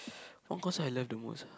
what concert I love the most